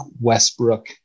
Westbrook